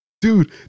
Dude